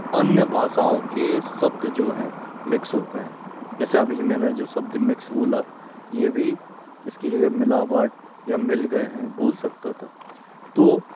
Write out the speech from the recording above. अन्य भाषाओं के शब्द जो हैं मिक्स हो गए जैसे अभी मैंने जो शब्द मिक्स बोला ये भी इसकी जगह मिलावट या मिल गए हैं बोल सकता था तो